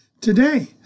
today